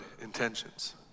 intentions